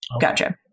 Gotcha